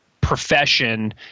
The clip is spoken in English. profession